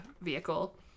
vehicle